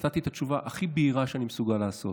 נתתי את התשובה הכי בהירה שאני מסוגל לעשות.